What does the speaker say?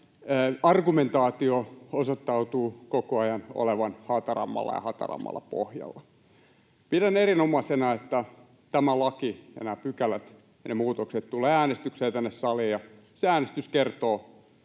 argumentaatio osoittautuu koko ajan olevan hatarammalla ja hatarammalla pohjalla. Pidän erinomaisena, että tämä laki ja nämä pykälät ja ne muutokset tulevat äänestykseen tänne saliin, ja se äänestys kertoo